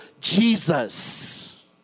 Jesus